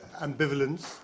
ambivalence